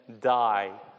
die